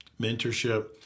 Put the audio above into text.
mentorship